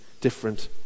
different